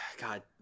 God